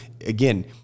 again